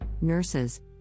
nurses